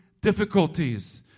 difficulties